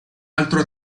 altro